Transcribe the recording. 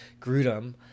Grudem